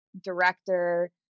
director